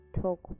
Talk